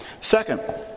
Second